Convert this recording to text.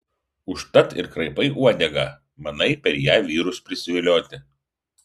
užtat ir kraipai uodegą manai per ją vyrus prisivilioti